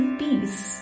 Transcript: peace